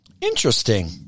Interesting